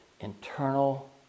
internal